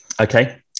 Okay